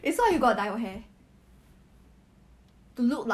like you just tell her it will look very natural